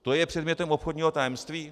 To je předmětem obchodního tajemství?